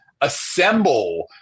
assemble